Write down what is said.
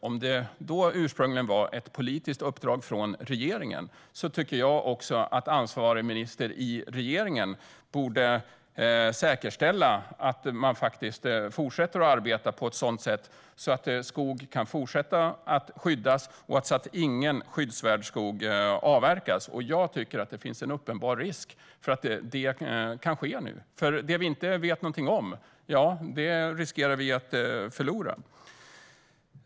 Om det då ursprungligen var ett politiskt uppdrag från regeringen tycker jag också att ansvarig minister i regeringen borde säkerställa att man faktiskt fortsätter att arbeta på ett sådant sätt att skog kan fortsätta att skyddas och ingen skyddsvärd skog avverkas. Jag tycker att det finns en uppenbar risk för att det kan ske nu, för det vi inte vet någonting om riskerar vi att förlora.